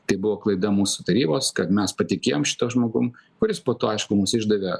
tai buvo klaida mūsų tarybos kad mes patikėjom šituo žmogum kuris po to aišku mus išdavė